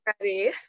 ready